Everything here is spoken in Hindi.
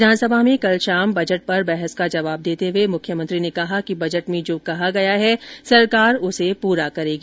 विधानसभा में कल शाम बजट पर बहस का जवाब देते हुये मुख्यमंत्री ने कहा कि बजट में जो कहा गया है सरकार उसे पूरा करेगी